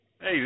Hey